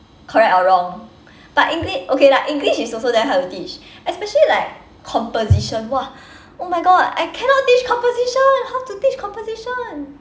correct or wrong but english okay like english is also damn hard to teach especially like composition !wah! oh my god I cannot teach composition how to teach composition